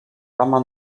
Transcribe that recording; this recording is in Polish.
plama